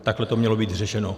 Takhle to mělo být řešeno.